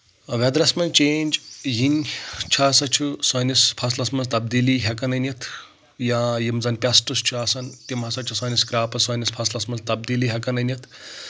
ویدرَس منٛز چینٛج یِنۍ چھُ ہسا چھُ سٲنِس فصلَس منٛز تبدیٖلی ہؠکن أنِتھ یا یِم زَن پیسٹٕس چھِ آسان تِم ہسا چھِ سٲنِس کرٛاپس سٲنِس فصلَس منٛز تبدیٖلی ہؠکان أنِتھ